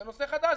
זה נושא חדש.